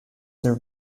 there